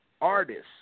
artists